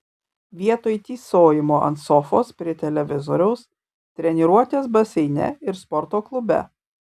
vietoj tysojimo ant sofos prie televizoriaus treniruotės baseine ir sporto klube